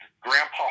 Grandpa